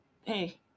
hey